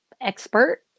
expert